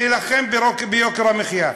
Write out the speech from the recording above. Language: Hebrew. להילחם ביוקר המחיה.